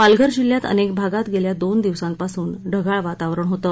पालघर जिल्ह्यात अनेक भागात गेल्या दोन दिवसांपासून ढगाळ वातावरण होत